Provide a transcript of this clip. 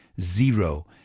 zero